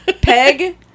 Peg